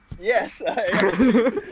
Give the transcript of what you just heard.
Yes